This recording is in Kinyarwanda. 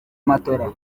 matola